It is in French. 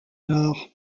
nord